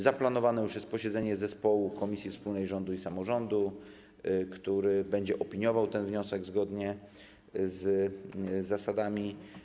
Zaplanowane już jest posiedzenie zespołu komisji wspólnej rządu i samorządu, który będzie opiniował ten wniosek zgodnie z zasadami.